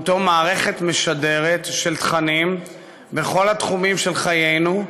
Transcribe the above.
מערכת משדרת של תכנים בכל התחומים של חיינו,